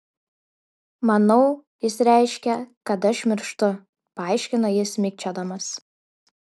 manau jis reiškia kad aš mirštu paaiškino jis mikčiodamas